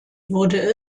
wurde